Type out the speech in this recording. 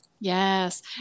yes